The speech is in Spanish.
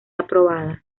aprobada